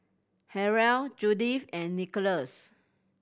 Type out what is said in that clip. Harrell Judyth and Nicolas